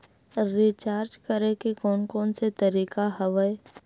Recharge करे के कोन कोन से तरीका हवय?